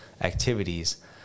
activities